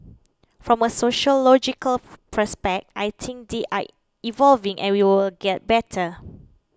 from a sociological perspective I think they are evolving and we will get better